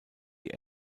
die